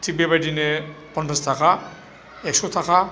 थिग बेबायदिनो फन्सास थाखा एक्स' थाखा